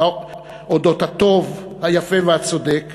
אודות הטוב, היפה והצודק